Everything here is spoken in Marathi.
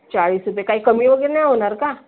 चाळीस रुपये काही कमी वगैरे नाही होणार का